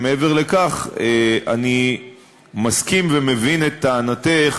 מעבר לכך, אני מסכים ומבין את טענתך